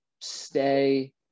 stay